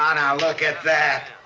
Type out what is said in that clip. ah now, look at that!